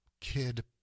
kid